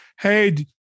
Hey